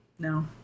No